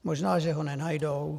Možná, že ho nenajdou.